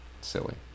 Silly